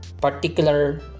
particular